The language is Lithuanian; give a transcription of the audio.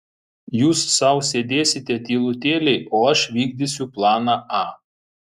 jūs sau sėdėsite tylutėliai o aš vykdysiu planą a